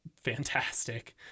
fantastic